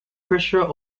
pressure